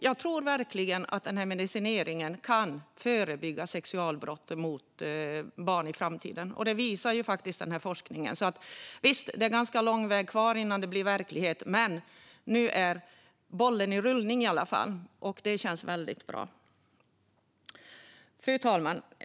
Jag tror verkligen att medicineringen kan förebygga sexualbrott mot barn i framtiden. Det visar forskningen. Visst är det ganska lång väg kvar innan det blir verklighet, men nu är bollen i alla fall i rullning. Det känns väldigt bra. Fru talman!